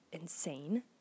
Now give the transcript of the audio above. insane